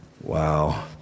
Wow